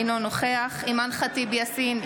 אינו נוכח אימאן ח'טיב יאסין,